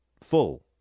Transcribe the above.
full